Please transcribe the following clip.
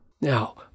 Now